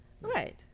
Right